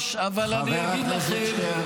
איפה המשרד שלי?